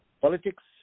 Politics